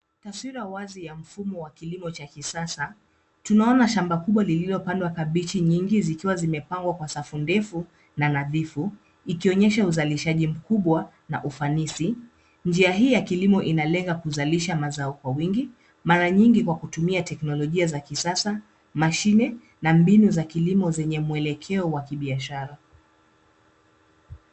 Taswira wazi ya mfumo wa kilimo cha kisasa; tunaona shamba kubwa lililopandwa kabeji nyingi zikiwa zimepangwa kwa safu ndefu na nadhifu, ikionyesha uzalishaji mkubwa na ufanisi. Njia hii ya kilimo inalenga kuzalisha mazao kwa wingi mara nyingi kwa kutumia teknolojia za kisasa, mashine na mbinu za kilimo zenye mwelekeo wa kibiashara.